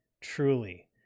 Truly